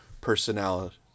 personality